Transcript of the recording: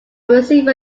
receiver